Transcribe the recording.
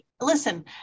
Listen